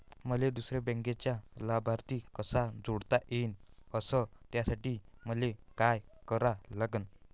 मले दुसऱ्या बँकेचा लाभार्थी कसा जोडता येईन, अस त्यासाठी मले का करा लागन?